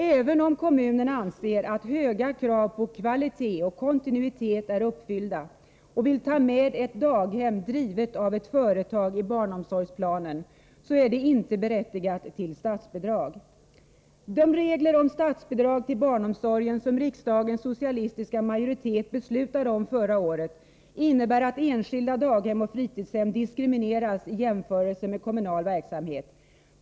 Även om kommunen anser att höga krav på kvalitet och kontinuitet är uppfyllda och vill ta med ett daghem drivet av ett företag i barnomsorgsplanen, är ett sådant daghem inte berättigat till statsbidrag. De regler om statsbidrag till barnomsorgen som riksdagens socialistiska majoritet beslutade om förra året innebär att enskilda daghem och fritidshem diskrimineras i jämförelse med kommunal verksamhet.